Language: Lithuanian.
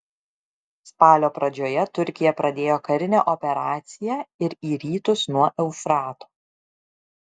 spalio pradžioje turkija pradėjo karinę operaciją ir į rytus nuo eufrato